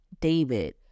david